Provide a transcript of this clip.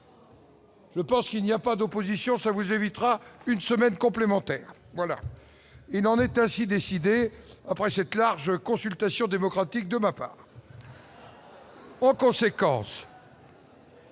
Je pense qu'il n'y a pas d'opposition, ça vous évitera une semaine complémentaires voilà et non en est ainsi décidé après cette large consultation démocratique de ma part. En conséquence.